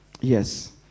Yes